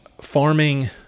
farming